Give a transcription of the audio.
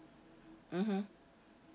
mmhmm